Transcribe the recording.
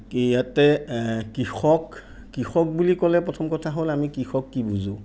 কি ইয়াতে কৃষক কৃষক বুলি ক'লে প্ৰথম কথা হ'ল আমি কৃষক কি বুজোঁ